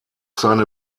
seine